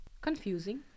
Confusing